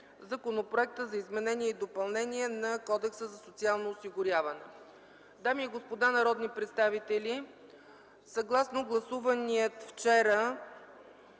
Законопроектът за изменение и допълнение на Кодекса за социално осигуряване. Дами и господа народни представители, съгласно гласувания вчера